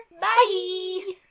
Bye